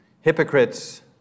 hypocrites